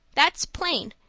that's plain,